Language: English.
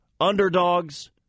underdogs